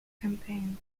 campaign